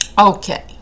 Okay